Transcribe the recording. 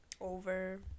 Over